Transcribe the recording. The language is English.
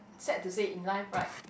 sad to say in life right